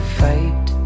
fight